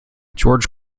george